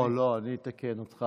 לא, לא, אני אתקן אותך.